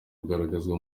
kugaragazwa